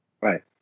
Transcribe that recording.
Right